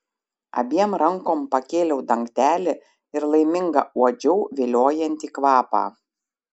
abiem rankom pakėliau dangtelį ir laiminga uodžiau viliojantį kvapą